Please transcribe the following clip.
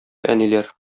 әниләр